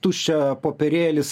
tuščią popierėlis